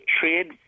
trade